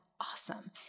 awesome